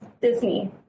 Disney